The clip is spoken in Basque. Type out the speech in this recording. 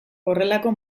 horrelako